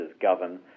govern